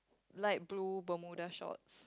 light blue bermuda shorts